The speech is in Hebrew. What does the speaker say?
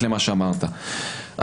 לדוגמה,